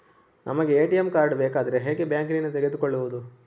ನಮಗೆ ATM card ಬೇಕಾದ್ರೆ ಹೇಗೆ ಬ್ಯಾಂಕ್ ನಿಂದ ತೆಗೆದುಕೊಳ್ಳುವುದು?